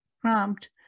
prompt